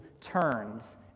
turns